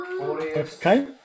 Okay